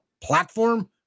platform